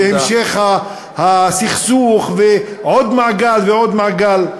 ובהמשך הסכסוך, ועוד מעגל, ועוד מעגל.